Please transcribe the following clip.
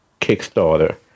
Kickstarter